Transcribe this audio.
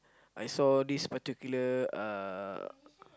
I saw this particular uh